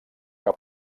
que